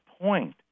point